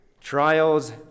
Trials